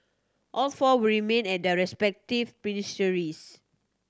all four will remain at their respective ministries